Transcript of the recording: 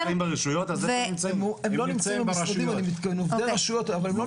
הם לא נמצאים במשרדים הם עובדי הרשויות אבל-